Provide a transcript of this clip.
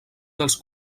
dels